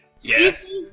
Yes